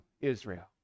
Israel